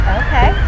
okay